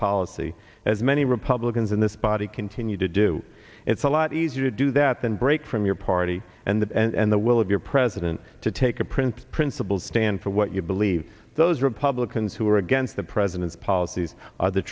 policy as many republicans in this body continue to do it's a lot easier to do that than break from your party and the will of your president to take a print principles stand for what you believe those republicans who are against the president's policies are the